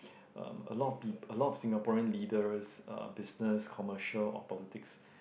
um a lot of people a lot of Singaporean leaders uh business commercial or politics